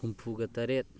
ꯍꯨꯝꯐꯨꯒ ꯇꯔꯦꯠ